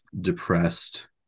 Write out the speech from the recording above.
depressed